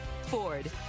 Ford